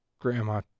Grandma